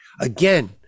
Again